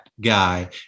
guy